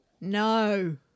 No